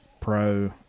pro